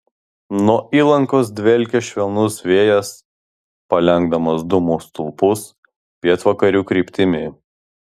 nuo įlankos dvelkė švelnus vėjas palenkdamas dūmų stulpus pietvakarių kryptimi